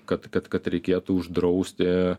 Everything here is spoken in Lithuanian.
kad kad kad reikėtų uždrausti